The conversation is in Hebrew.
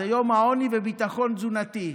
זה יום העוני וביטחון תזונתי.